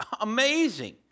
amazing